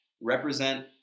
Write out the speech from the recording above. represent